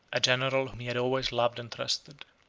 a general whom he had always loved and trusted.